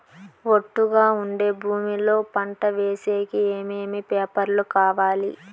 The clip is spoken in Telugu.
ఒట్టుగా ఉండే భూమి లో పంట వేసేకి ఏమేమి పేపర్లు కావాలి?